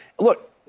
Look